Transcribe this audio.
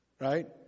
Right